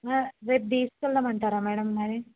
రేపు తీసుకు వెళ్ళమంటారా మ్యాడమ్ మరి